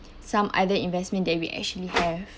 some other investment that we actually have